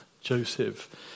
Joseph